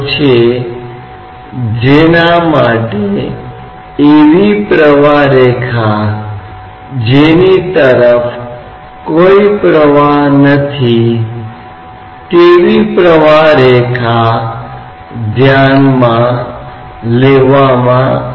इसलिए वायुमंडल के सापेक्ष संदर्भ दबाव के उद्धरण के बारे में बात कर रहे हैं जहां संदर्भ वायुमंडल है